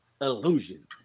illusion